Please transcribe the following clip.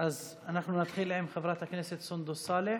אז אנחנו נתחיל עם חברת הכנסת סונדוס סאלח,